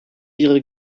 ihre